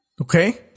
okay